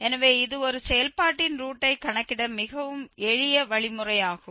எனவே இது ஒரு செயல்பாட்டின் ரூட்டை கணக்கிட மிகவும் எளிய வழிமுறையாகும்